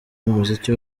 umuziki